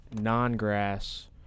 non-grass